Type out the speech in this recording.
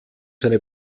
seine